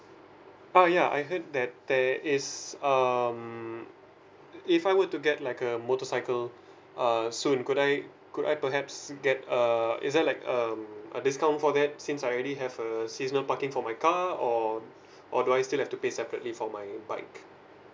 ah yeah I heard that there is um if I were to get like a motorcycle err soon could I could I perhaps get a is there like um a discount for that since I already have a seasonal parking for my car or or do I still have to pay separately for my bike